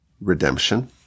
redemption